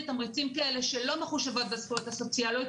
תמריצים כאלה שלא מחושבים בזכויות הסוציאליות,